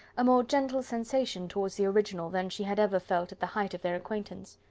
a more gentle sensation towards the original than she had ever felt at the height of their acquaintance.